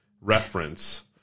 reference